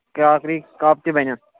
crockery cup تہِ بَنن